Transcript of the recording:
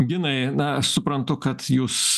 ginai na suprantu kad jūs